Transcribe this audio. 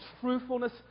truthfulness